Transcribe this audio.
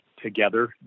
together